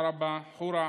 עראבה, חורה,